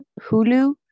hulu